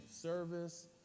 service